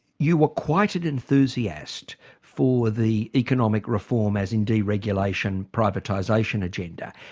you were quite an enthusiast for the economic reform, as in de-regulation, privatisation, agenda.